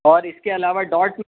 اور اس کے علاوہ ڈاٹ